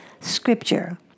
scripture